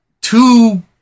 two